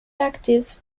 active